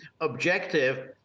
objective